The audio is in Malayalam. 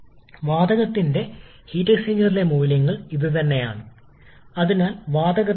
ഈ വർക്ക് ഇൻപുട്ട് ആവശ്യകത ∫vdP ആണെങ്കിൽ അത് ഡയഗ്രാമിൽ എന്താണ് പ്രതിനിധീകരിക്കുന്നത്